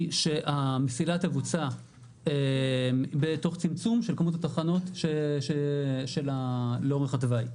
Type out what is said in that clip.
שהמסילה תבוצע בתוך צמצום של כמות התחנות לאורך התוואי.